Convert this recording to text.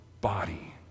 body